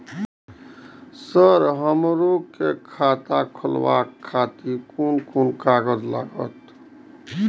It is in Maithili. सर हमरो के खाता खोलावे के खातिर कोन कोन कागज लागते?